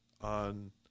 on